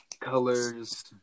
colors